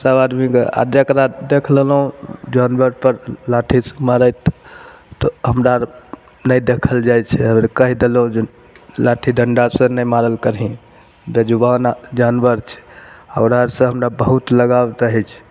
सब आदमी जे आ जेकरा देख लेलहुॅं जानबर पर लाठीसॅं मारैत तऽ हमरा आर नहि देखल जाइ छै आओर कहि देलहुॅं जे लाठी डण्डासॅं नहि मारल करहिन बेजुबान जानवर छै ओकरा सऽ हमरा बहुत लगाउ रहै छै